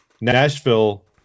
Nashville